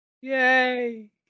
Yay